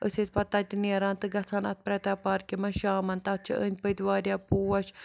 أسۍ ٲسۍ پَتہٕ تَتہِ نیران تہٕ گژھان اَتھ پرٛتا پارکہِ منٛز شامَن تَتھ چھِ أنٛدۍ پٔتۍ واریاہ پوش